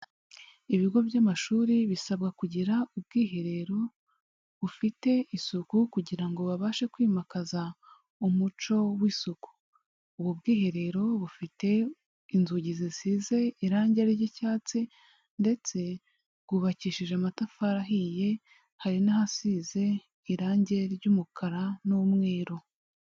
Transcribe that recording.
Ibigo by'amashuri bisabwa kugira ubwiherero bufite isuku kugira ngo babashe kwimakaza umuco w'isuku. Ubu bwiherero bufite inzugi zisize irangi ry'icyatsi ndetse bwubakishije amatafari ahiye. Hari n'ahasize irangi ry'umukara n'umweru.